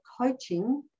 coaching